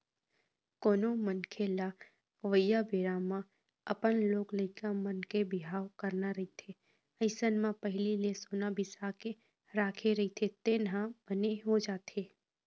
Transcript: कोनो मनखे लअवइया बेरा म अपन लोग लइका मन के बिहाव करना रहिथे अइसन म पहिली ले सोना बिसा के राखे रहिथे तेन ह बने हो जाथे